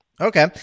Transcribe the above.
Okay